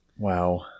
wow